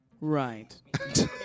Right